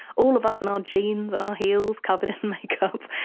all of us in our jeans and our heels covered in makeup,